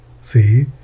See